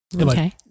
Okay